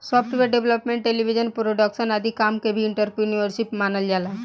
software development television production आदि काम के भी एंटरप्रेन्योरशिप मानल जाला